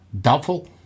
doubtful